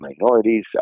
minorities